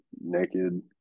naked